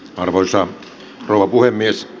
arvoisa rouva puhemies